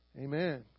amen